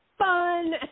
fun